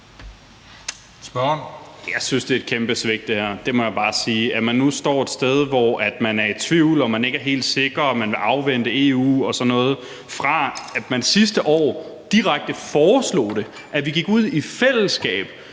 Jeg synes, at det her er et kæmpe svigt. Det må jeg bare sige, nemlig at man nu står et sted, hvor man er i tvivl og ikke helt sikker, og hvor man vil afvente EU og sådan noget – mod at man sidste år direkte foreslog, at vi i fællesskab